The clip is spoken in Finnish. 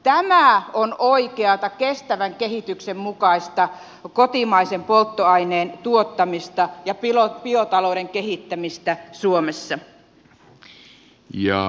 tämä on oikeata kestävän kehityksen mukaista kotimaisen polttoaineen tuottamista ja biotalouden kehittämistä suomessa